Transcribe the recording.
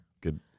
Good